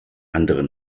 andere